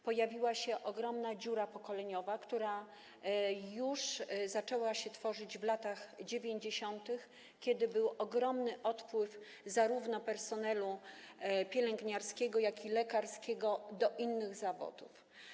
Pojawiła się ogromna dziura pokoleniowa, która zaczęła się tworzyć już w latach 90., kiedy był ogromny odpływ zarówno personelu pielęgniarskiego, jak i lekarskiego do innych zawodów.